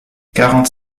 quarante